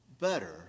better